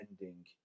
ending